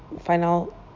final